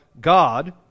God